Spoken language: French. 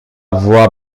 voix